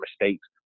mistakes